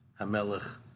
HaMelech